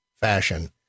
fashion